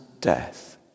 Death